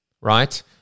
right